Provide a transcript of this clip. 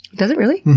does it really?